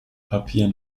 papier